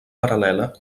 paral·lela